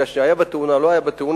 כי הוא עבר תאונה או לא עבר תאונה,